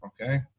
okay